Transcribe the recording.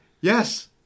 yes